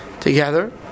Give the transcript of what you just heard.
together